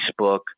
facebook